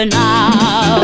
now